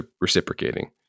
reciprocating